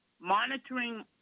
monitoring